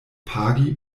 pagi